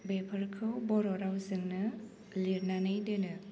बेफोरखौ बर' रावजोंनो लिरनानै दोनो